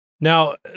Now